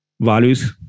values